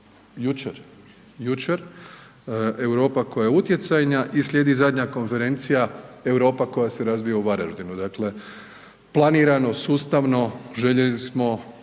jučer Europa koja je utjecajna i slijedi zadnja konferencija Europa koja se razvija u Varaždinu. Dakle, planirano, sustavno željeli smo